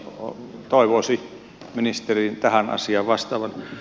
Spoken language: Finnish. toivoisi ministerin tähän asiaan vastaavan